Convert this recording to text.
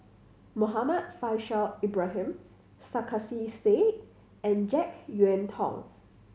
Muhammad Faishal Ibrahim Sarkasi Said and Jek Yeun Thong